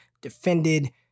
defended